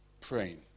praying